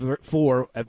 four